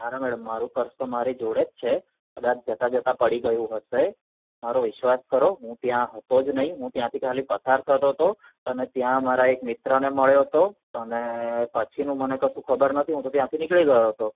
ઊભા રહો મેડમ મારુ પર્સ તો મારી જોડે જ છે કદાચ જતાં જતાં પડી ગયું હશે મારો વિશ્વાસ કરો હું ત્યાં હતો જ નહીં હું ત્યાંથી ખાલી પસાર થતો તો અને ત્યાં મારા એક મિત્રને મળ્યો તો અને પછીનું મને કશું ખબર નથી હું તો ત્યાંથી નીકળી ગયો હતો